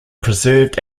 preserved